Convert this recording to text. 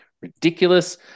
ridiculous